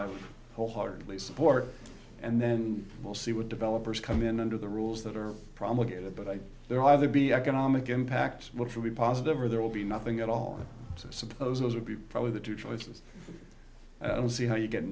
i wholeheartedly support and then we'll see what developers come in under the rules that are promulgated but i there either be economic impact which will be positive or there will be nothing at all so i suppose those would be probably the two choices i don't see how you get a